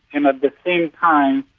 and at the same time,